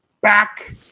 back